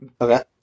Okay